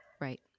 Right